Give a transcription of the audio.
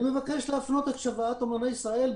אני מבקש להפנות את שוועת אומני ישראל,